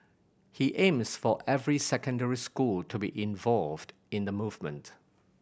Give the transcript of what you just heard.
he aims for every secondary school to be involved in the movement